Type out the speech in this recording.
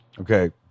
Okay